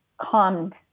calmed